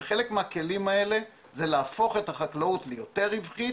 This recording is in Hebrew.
וחלק מהכלים האלה זה להפוך את החקלאות ליותר רווחית.